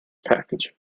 package